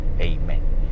Amen